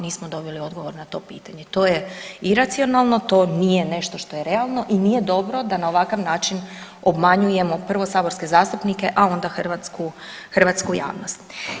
Nismo dobili odgovor na to pitanje, to je iracionalno, to nije nešto što je realno i nije dobro da na ovakav način obmanjujemo prvo saborske zastupnike, a onda hrvatsku javnost.